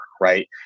right